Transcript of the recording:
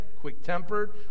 quick-tempered